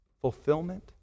fulfillment